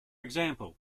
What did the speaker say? example